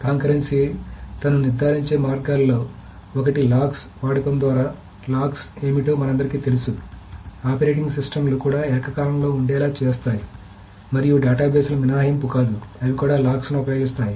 concurrency తను నిర్ధారించే మార్గాలలో ఒకటి లాక్స్ వాడకం ద్వారా లాక్స్ ఏమిటో మనందరికీ తెలుసు ఆపరేటింగ్ సిస్టమ్లు కూడా ఏకకాలంలో ఉండేలా చూస్తాయి మరియు డేటాబేస్లు మినహాయింపు కాదు అవి కూడా లాక్స్ ను ఉపయోగిస్తాయి